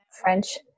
French